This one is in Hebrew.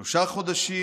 שלושה חודשים